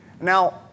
Now